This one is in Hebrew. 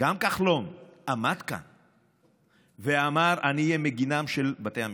גם כחלון עמד כאן ואמר: אני אהיה מגינם של בתי המשפט.